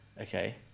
Okay